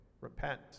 repent